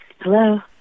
Hello